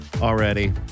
already